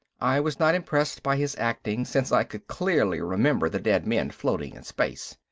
i was not impressed by his acting since i could clearly remember the dead men floating in space.